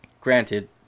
Granted